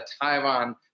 Taiwan